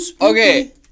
Okay